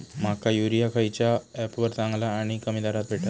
माका युरिया खयच्या ऍपवर चांगला आणि कमी दरात भेटात?